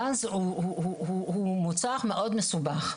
גז הוא מוצר מאוד מסובך.